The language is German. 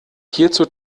hierzu